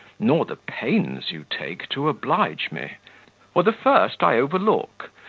nor the pains you take to oblige me for the first i overlook,